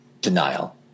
denial